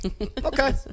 Okay